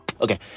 Okay